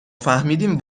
فهمیدیم